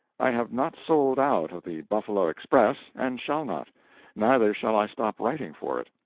i have not sold out of the buffalo express, and shall not neither shall i stop writing for it.